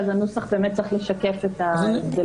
אז הנוסח באמת צריך לשקף את ההבדלים.